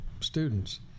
students